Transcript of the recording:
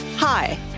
Hi